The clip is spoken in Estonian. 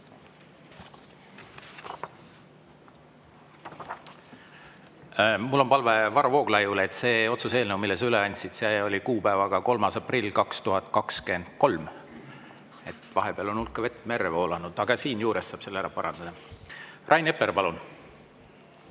Mul on palve Varro Vooglaiule. See otsuse eelnõu, mille sa üle andsid, on kuupäevaga 3. aprill 2023. Vahepeal on hulk vett merre voolanud. Aga siin juures saab selle ära parandada. Rain Epler, palun!